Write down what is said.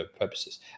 purposes